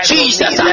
Jesus